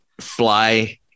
fly